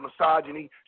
misogyny